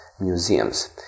museums